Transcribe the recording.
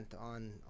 on